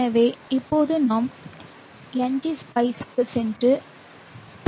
எனவே இப்போது நாம் Ngspice க்குச் சென்று para